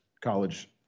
College